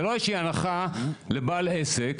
זה לא שיש הנחה לבעל עסק